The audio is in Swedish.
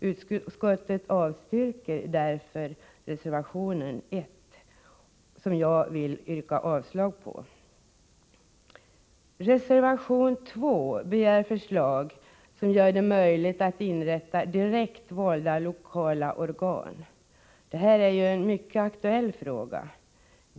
Utskottet avstyrker därför reservation 1, och jag vill yrka avslag på den. Reservation 2 handlar om att man skall inrätta direktvalda lokala organ. Detta är en mycket aktuell fråga.